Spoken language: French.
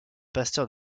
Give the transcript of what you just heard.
pasteur